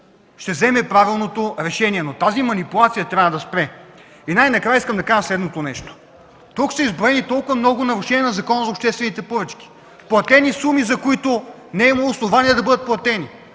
да вземе правилното решение. Тази манипулация обаче трябва да спре. Най-накрая искам да кажа следното нещо. Тук са изброени толкова много нарушения на Закона за обществените поръчки: платени суми, за които не е имало основания да бъдат платени;